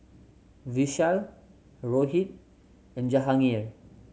Vishal Rohit and Jahangir